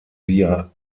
via